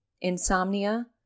insomnia